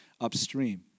upstream